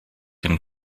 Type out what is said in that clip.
den